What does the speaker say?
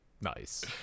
Nice